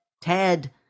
Ted